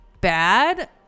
bad